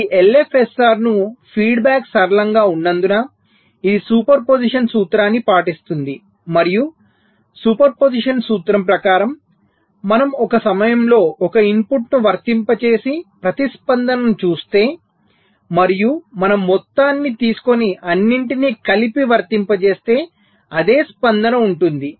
ఈ LFSR feedback సరళంగా ఉన్నందున ఇది సూపర్పొజిషన్ సూత్రాన్ని పాటిస్తుంది మరియు సూపర్పొజిషన్ సూత్రం ప్రకారం మనం ఒక సమయంలో ఒక ఇన్పుట్ను వర్తింపజేసి ప్రతిస్పందనను చూస్తే మరియు మనం మొత్తాన్ని తీసుకుని అన్నింటినీ కలిపి వర్తింపజేస్తే అదే స్పందన ఉంటుంది